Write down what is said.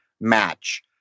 match